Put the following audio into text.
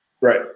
Right